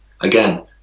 Again